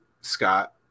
Scott